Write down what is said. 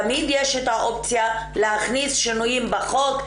תמיד יש את האופציה להכניס שינויים בחוק,